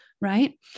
right